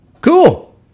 Cool